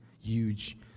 huge